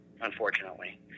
unfortunately